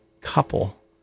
couple